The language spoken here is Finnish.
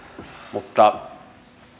mutta